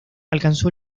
alcanzó